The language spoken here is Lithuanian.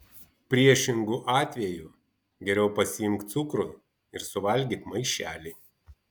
priešingu atveju geriau pasiimk cukrų ir suvalgyk maišelį